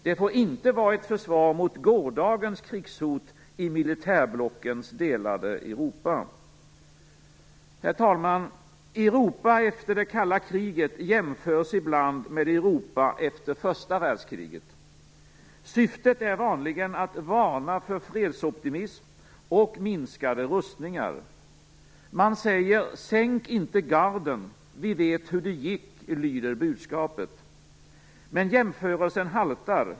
Det får inte vara ett försvar mot gårdagens krigshot i militärblockens delade Europa. Herr talman! Europa efter det kalla kriget jämförs ibland med Europa efter första världskriget. Syftet är vanligen att varna för fredsoptimism och minskade rustningar. Man säger: Sänk inte garden! Vi vet hur det gick, lyder budskapet. Men jämförelsen haltar.